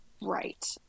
right